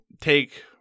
take